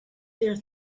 there